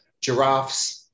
giraffes